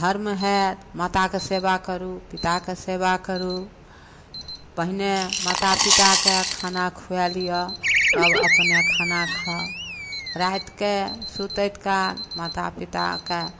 धर्म हएत माताके सेवा करू पिताके सेवा करू पहिने माता पिताके खाना खुआ लिअ तब अपने खाना खाउ रातिकेँ सूतैत काल माता पिताके